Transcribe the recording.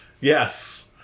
yes